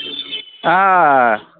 آ